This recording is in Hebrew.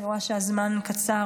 אני רואה שהזמן קצר,